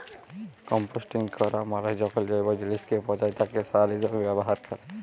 composting ক্যরা মালে যখল জৈব জিলিসকে পঁচায় তাকে সার হিসাবে ব্যাভার ক্যরে